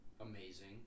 amazing